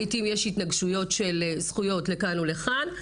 לעיתים יש התנגשויות לכאן ולכאן,